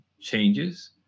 changes